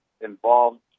involved